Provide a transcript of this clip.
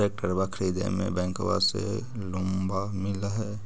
ट्रैक्टरबा खरीदे मे बैंकबा से लोंबा मिल है?